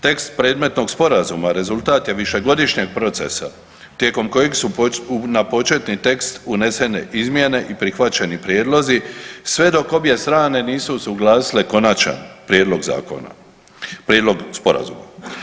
Tekst predmetnog Sporazuma rezultat je višegodišnjeg procesa tijekom kojeg su na početni tekst unesene izmjene i prihvaćeni prijedlozi, sve dok obje strane nisu usuglasile konačan prijedlog zakona, prijedlog Sporazuma.